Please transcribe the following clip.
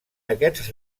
aquests